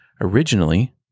Originally